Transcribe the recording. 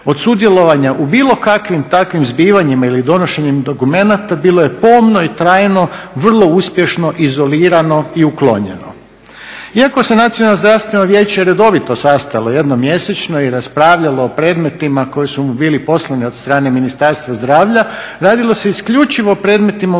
od sudjelovanja u bilo kakvim takvim zbivanjima ili donošenjem dokumenata bilo je pomno i trajno vrlo uspješno izolirano i uklonjeno. Iako se Nacionalno zdravstveno vijeće redovito sastajalo jednom mjesečno i raspravljalo o predmetima koji su mu bili poslani od strane Ministarstva zdravlja radilo se isključivo o predmetima u svezi